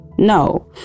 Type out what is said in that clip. No